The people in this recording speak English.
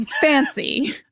fancy